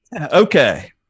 Okay